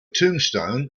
tombstone